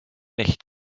nicht